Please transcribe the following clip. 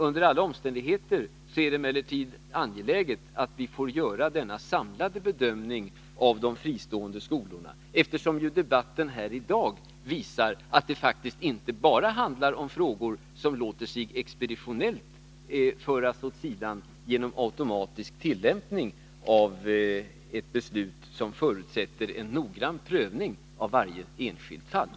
Under alla omständigheter är det angeläget att vi får göra denna samlade bedömning av de fristående skolorna, eftersom ju debatten här i dag visar att det faktiskt inte bara handlar om frågor som låter sig expeditionellt föras åt sidan genom automatisk tillämpning av ett beslut som förutsätter en noggrann prövning av varje enskilt fall.